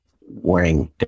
wearing